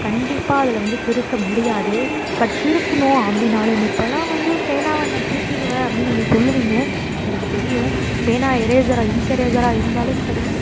கண்டிப்பாக அதில் வந்து திருத்த முடியாது பட் திருத்தினோம் அப்படினாலுமே இப்பலாம் வந்து பேனாவை நம் திருத்திடுவேன் அப்படின் நீங்கள் சொல்லுவீங்க எனக்கு தெரியும் பேனா எரேசராக இங்க் எரேசராக இருந்தாலும் சரி